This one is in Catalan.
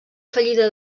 fallida